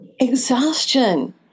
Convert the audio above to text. exhaustion